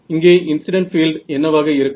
இங்கே incident field என்னவாக இருக்கும்